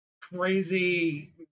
crazy